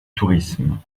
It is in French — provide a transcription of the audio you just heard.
tourisme